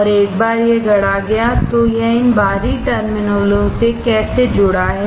और एक बार यह गढ़ा गया तो यह इन बाहरी टर्मिनलों से कैसे जुड़ा है